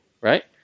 right